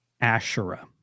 Asherah